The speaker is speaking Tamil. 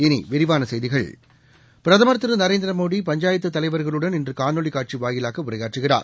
இனிவிரிவானசெய்திகள் பிரதமா் திருநரேந்திரமோடி பஞ்சாயத்துதலைவா்களுடன் இன்றுகாணொலிகாட்சிவாயிலாக உரையாற்றுகிறார்